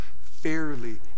fairly